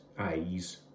A's